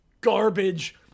garbage